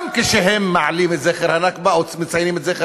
גם כשהם מעלים את זכר הנכבה או מציינים את זכר